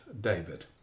David